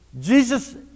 Jesus